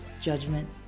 Judgment